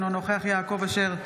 אינו נוכח יעקב אשר,